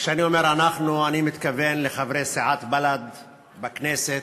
וכשאני אומר "אנחנו" אני מתכוון לחברי סיעת בל"ד בכנסת,